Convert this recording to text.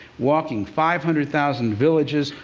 walking five hundred thousand villages,